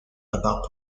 about